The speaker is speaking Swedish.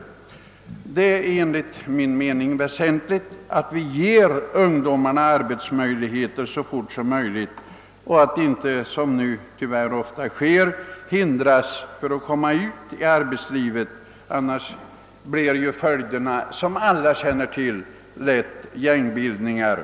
Det är viktigt att vi ger ungdomarna arbete så fort som möjligt. Nu hindras de ofta från att komma ut i arbetslivet, och som alla vet blir följden då lätt gängbildningar.